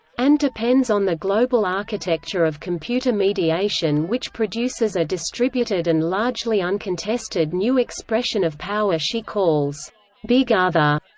and depends on the global architecture of computer mediation which produces a distributed and largely uncontested new expression of power she calls big other.